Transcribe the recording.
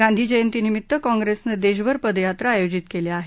गांधीजयंतीनिमित्त काँग्रेसनं देशभर पदयात्रा आयोजित केल्या आहेत